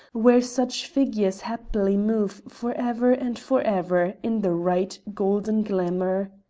where such figures happily move for ever and for ever in the right golden glamour.